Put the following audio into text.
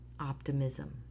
optimism